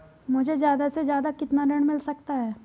मुझे ज्यादा से ज्यादा कितना ऋण मिल सकता है?